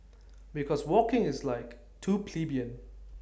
because walking is like too plebeian